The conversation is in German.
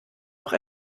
noch